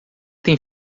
tem